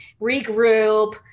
regroup